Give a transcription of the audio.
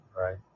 right